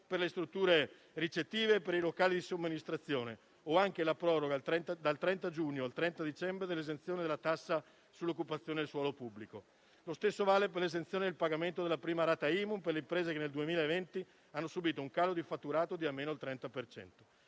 per le strutture ricettive e per i locali di somministrazione o anche la proroga dal 30 giugno al 30 dicembre dell'esenzione della tassa sull'occupazione del suolo pubblico. Lo stesso vale per l'esenzione dal pagamento della prima rata IMU per le imprese che nel 2020 hanno subito un calo di fatturato almeno del 30